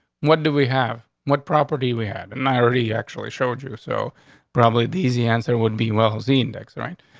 what do we have? what property we had and i already actually showed you. so probably the easy answer would be, well, z index. right.